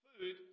food